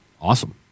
Awesome